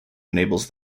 enables